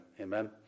Amen